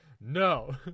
No